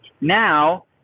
now